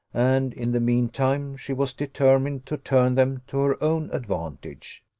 and in the mean time she was determined to turn them to her own advantage.